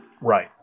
Right